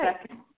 second